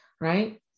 right